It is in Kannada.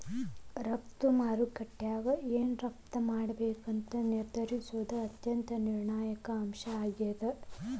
ರಫ್ತು ಮಾರುಕಟ್ಯಾಗ ಏನ್ ರಫ್ತ್ ಮಾಡ್ಬೇಕಂತ ನಿರ್ಧರಿಸೋದ್ ಅತ್ಯಂತ ನಿರ್ಣಾಯಕ ಅಂಶ ಆಗೇದ